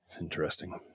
Interesting